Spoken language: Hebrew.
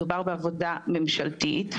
מדובר בעבודה ממשלתית,